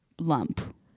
lump